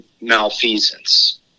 malfeasance